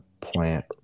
plant